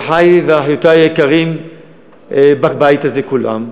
ואחי ואחיותי היקרים בבית הזה, כולם,